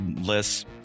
less